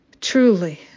Truly